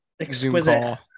exquisite